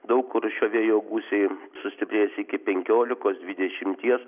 daug kur šio vėjo gūsiai sustiprės iki penkiolikos dvidešimties